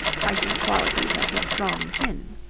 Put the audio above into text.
fighting qualities of her strong chin.